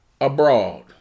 abroad